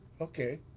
Okay